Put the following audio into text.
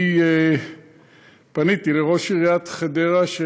פניתי לראש עיריית חדרה,